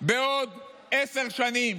בעוד עשר שנים?